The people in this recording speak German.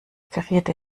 karierte